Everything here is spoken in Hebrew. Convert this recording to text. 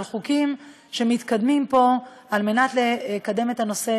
חוקים שמתקדמים פה על מנת לקדם את הנושא